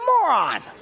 moron